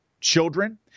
children